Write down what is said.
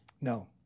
No